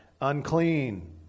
Unclean